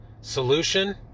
Solution